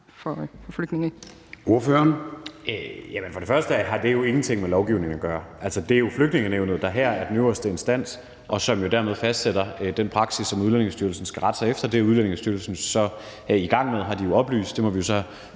Kasper Sand Kjær (S): Først vil jeg sige, at det jo ingenting har med lovgivning at gøre. Altså, det er jo Flygtningenævnet, der her er den øverste instans, og som dermed fastsætter den praksis, som Udlændingestyrelsen skal rette sig efter. Det er Udlændingestyrelsen så i gang med, har de oplyst. Der må vi så